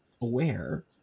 aware